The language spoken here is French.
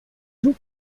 joue